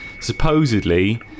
Supposedly